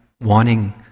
wanting